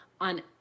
on